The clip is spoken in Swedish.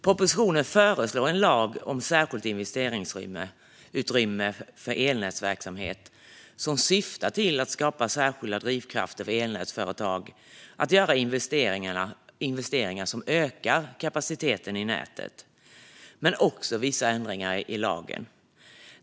Propositionen föreslår en lag om särskilt investeringsutrymme för elnätsverksamhet som syftar till att skapa särskilda drivkrafter för elnätsföretag att göra investeringar som ökar kapaciteten i nätet, men också vissa ändringar i ellagen.